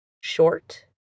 short